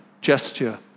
gesture